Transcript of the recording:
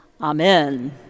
Amen